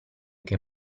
che